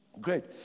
Great